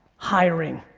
hiring.